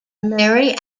mary